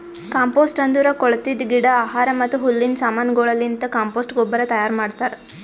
compost ಅಂದುರ್ ಕೊಳತಿದ್ ಗಿಡ, ಆಹಾರ ಮತ್ತ ಹುಲ್ಲಿನ ಸಮಾನಗೊಳಲಿಂತ್ ಕಾಂಪೋಸ್ಟ್ ಗೊಬ್ಬರ ತೈಯಾರ್ ಮಾಡ್ತಾರ್